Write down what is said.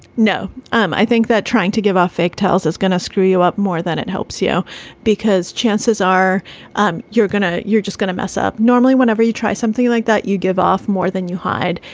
no, um i think that trying to give a fake tales that's gonna screw you up more than it helps you because chances are um you're going to you're just gonna mess up. normally, whenever you try something like that, you give off more than you hide.